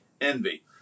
Envy